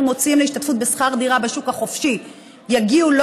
מוציאים על השתתפות בשכר דירה בשוק החופשי יגיעו לא